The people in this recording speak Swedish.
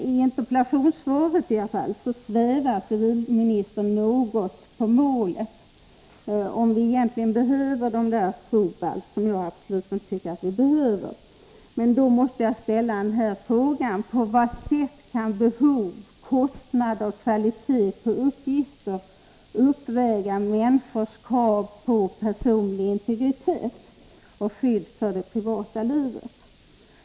I interpellationssvaret svävar civilministern något på målet i fråga om vi egentligen behöver Fobalt — som jag absolut inte tycker att vi behöver. Jag måste ställa frågan: På vad sätt kan behov, kostnader och kvalitet på uppgifter uppväga människors krav på personlig integritet och skydd för det privata livet?